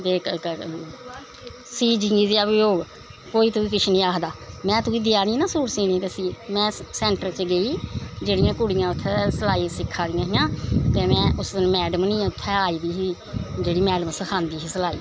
ते सीऽ जनेहा बा होग कोई तुगी किश नी आखदा में तुगी देआ नी नी सीनें गी में सैंटर च गेई जेह्ड़ियां कुड़ि यां उत्थें सलाई सिक्खा दियां हां ते में उस दिन मैडम नी उत्थें आई दी ही जेह्ड़ी मैड़म सखांदी ही सलैई